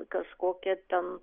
kažkokia ten